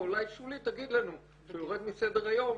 אבל אולי שולי תגיד לנו שהוא יורד מסדר היום,